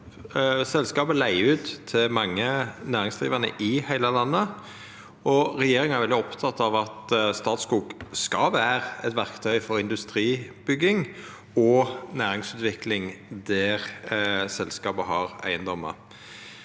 Selskapet leiger ut til mange næringsdrivande i heile landet, og regjeringa er veldig oppteken av at Statskog skal vera eit verktøy for industribygging og næringsutvikling der selskapet har eigedomar.